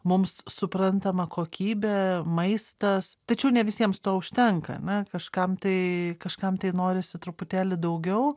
mums suprantama kokybė maistas tačiau ne visiems to užtenka na kažkam tai kažkam tai norisi truputėlį daugiau